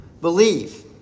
believe